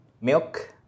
milk